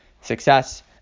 success